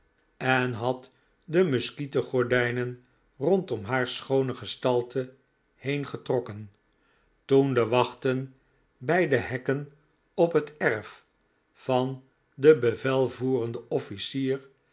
en had de muskietengordijnen rondom haar schoone gestalte heen getrokken toen de wachten bij de hekken op het erf van den bevelvoerenden officier